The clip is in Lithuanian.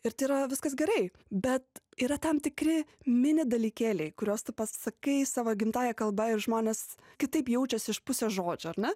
ir tai yra viskas gerai bet yra tam tikri mini dalykėliai kuriuos tu pasakai savo gimtąja kalba ir žmonės kitaip jaučiasi iš pusės žodžio ar ne